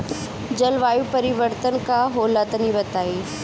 जलवायु परिवर्तन का होला तनी बताई?